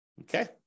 okay